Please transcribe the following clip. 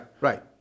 right